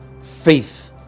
Faith